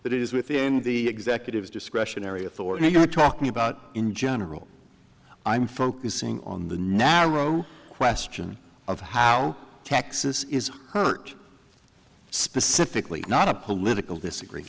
that it is within the executive discretionary authority you're talking about in general i'm focusing on the narrow question of how texas is hurt specifically not a political disagree